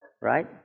Right